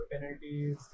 penalties